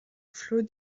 flot